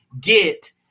get